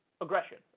aggression